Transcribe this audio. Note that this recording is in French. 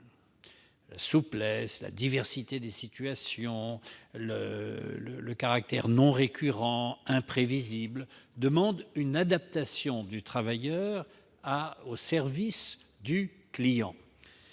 souplesse, de la diversité des situations, de leur caractère non récurrent et imprévisible, demandent une adaptation du travailleur au service du client.